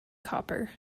copper